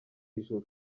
ijuru